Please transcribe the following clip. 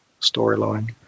storyline